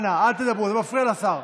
אנא, אל תדברו, זה מפריע לשר.